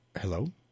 Hello